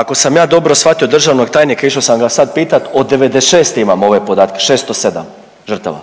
Ako sam ja dobro shvatio državnog tajnika, a išao sam ga sad pitati od '96. imamo ove podatke, 607 žrtava